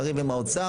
נריב עם האוצר,